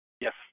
Yes